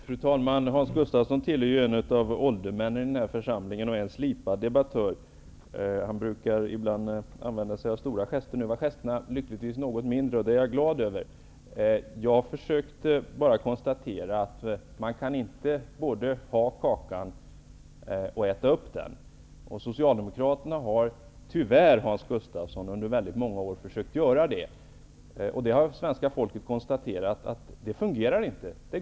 Fru talman! Hans Gustafsson tillhör ju en av åldermännen i den här församligen och är en slipad debattör. Ibland brukar han använda sig av stora gester. Nu var de lyckligtvis något mindre, vilket jag är glad över. Jag försökte endast konstatera att man inte både kan ha kakan och äta upp den. Socialdemokraterna har tyvärr, Hans Gustafsson, under väldigt många år försökt göra det. Svenska folket har konstaterat att det inte fungerar.